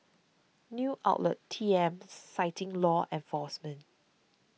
news outlet T M citing law enforcement